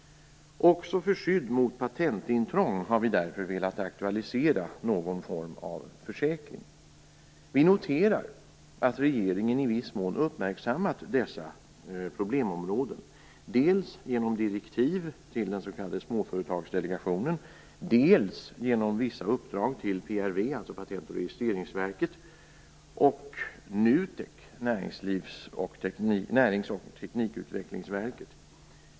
Också för skydd mot patentintrång har vi därför velat aktualisera någon form av försäkring. Vi noterar att regeringen i viss mån uppmärksammat dessa problemområden, dels genom direktiv till den s.k. Småföretagsdelegationen, dels genom vissa uppdrag till PRV, Patent och registreringsverket, och NUTEK, Närings och teknikutvecklingsverket.